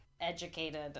educated